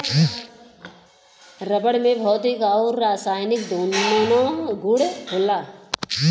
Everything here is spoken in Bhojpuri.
रबर में भौतिक आउर रासायनिक दून्नो गुण होला